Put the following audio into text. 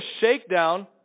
shakedown